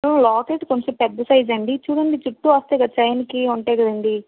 locket కొంచం పెద్ద సైజండీ చుడండి చుట్టూ వస్తాయి కదా చైన్కి ఉంటాయి కదండీ